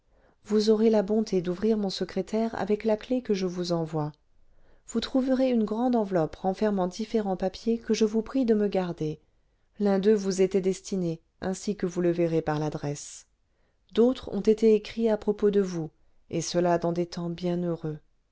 vous aurez la bonté d'ouvrir mon secrétaire avec la clef que je vous envoie vous trouverez une grande enveloppe renfermant différents papiers que je vous prie de me garder l'un d'eux vous était destiné ainsi que vous le verrez par l'adresse d'autres ont été écrits à propos de vous et cela dans des temps bien heureux